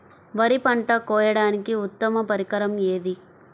వరి పంట కోయడానికి ఉత్తమ పరికరం ఏది?